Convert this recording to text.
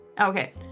Okay